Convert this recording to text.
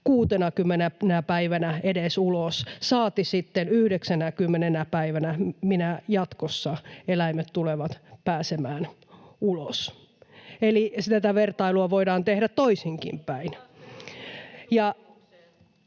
60 päivänä ulos, saati sitten sinä 90 päivänä, minä jatkossa eläimet tulevat pääsemään ulos. Eli siis tätä vertailua voidaan tehdä toisinkin päin.